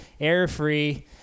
air-free